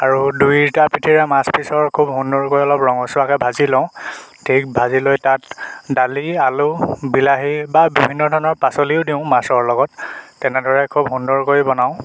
আৰু দুয়োটা পিঠিৰে মাছ পিচৰ খুব সুন্দৰকৈ অলপ ৰঙচুৱাকৈ ভাজি লওঁ ঠিক ভাজি লৈ তাত দালি আলু বিলাহী বা বিভিন্ন ধৰণৰ পাচলিও দিওঁ মাছৰ লগত তেনেদৰে খুব সুন্দৰকৈ বনাওঁ